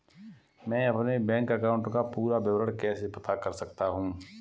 मैं अपने bank account का पूरा विवरण कैसे पता कर सकता हूँ?